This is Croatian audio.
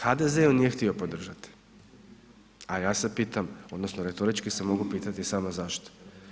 HDZ ju nije htio podržati, a ja se pitam odnosno retorički se mogu pitati samo zašto?